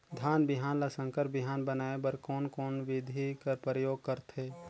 धान बिहान ल संकर बिहान बनाय बर कोन कोन बिधी कर प्रयोग करथे?